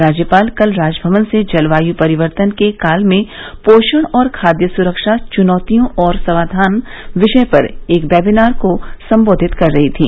राज्यपाल कल राजभवन से जलवायु परिवर्तन के काल में पोषण और खाद्य सुरक्षा चुनौतियां एवं समाधान विषय पर एक वेबिनार को संबोधित कर रही थी